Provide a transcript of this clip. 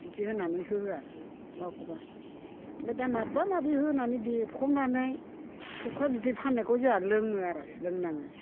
बिदि होननानै होहोया बबेखौबा बबेखौबा ओमफ्राय दा माबा माबि होनानै देफबनानै सौखा बिदै फाननायखौ जोंहा लोङो आरो लोंनाङो